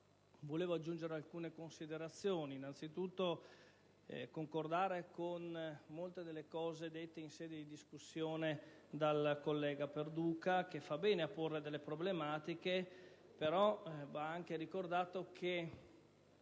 vorrei aggiungere alcune considerazioni. Innanzitutto, concordo con molte delle osservazioni fatte in sede di discussione generale dal collega Perduca, che fa bene a porre delle problematiche, però va anche ricordato che